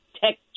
tech